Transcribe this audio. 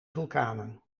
vulkanen